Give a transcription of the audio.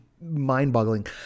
mind-boggling